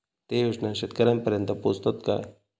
ते योजना शेतकऱ्यानपर्यंत पोचतत काय?